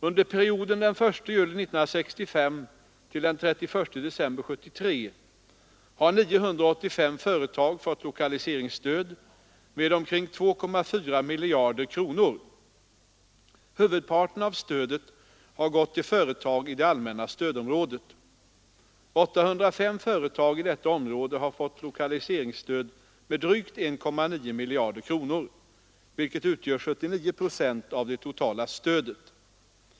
Under perioden den 1 juli 1965 —den 31 december 1973 har 985 företag fått lokaliseringsstöd med omkring 2,4 miljarder kronor. Huvudparten av stödet har gått till företag i det allmänna stödområdet. 805 företag i detta område har fått lokaliseringsstöd med drygt 1,9 miljarder kronor, vilket utgör 79 procent av det totala stödet.